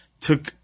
took